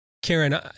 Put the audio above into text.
Karen